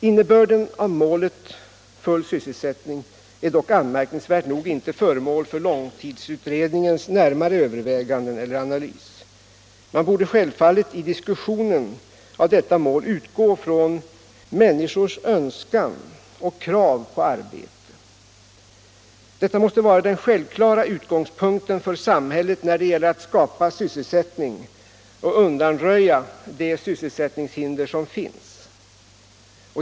Innebörden av målet full sysselsättning är dock anmärkningsvärt nog 105 Allmänpolitisk debatt inte föremål för långtidsutredningens närmare övervägande eller analys. Man borde självfallet i diskussionen om detta mål utgå från människors önskan och krav på arbete. Detta måste vara den självklara utgångspunkten för samhället när det gäller att skapa sysselsättning och undanröja de sysselsättningshinder som finns.